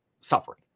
suffering